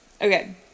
Okay